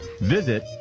Visit